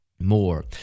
more